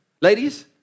Ladies